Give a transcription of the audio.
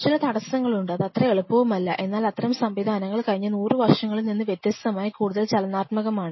ചില തടസങ്ങളുണ്ട് ഇത് അത്ര എളുപ്പവുമല്ല എന്നാൽ അത്തരം സംവിധാനങ്ങൾ കഴിഞ്ഞ 100 വർഷങ്ങളിൽ നിന്ന് വ്യത്യസ്തമായി കൂടുതൽ ചലനാത്മകമാണ്